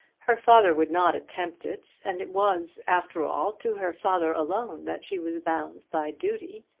her father would not attempt it, and it was, after all, to her father alone, that she was bound by duty.